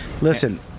Listen